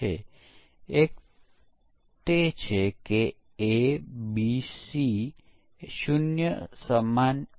અને જો આપણે અહીં તે જ તકનીક લાગુ કરીશું તો બગ જે બચી ગઈ છે તે ખરેખર દૂર થશે નહીં